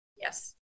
Yes